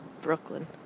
Brooklyn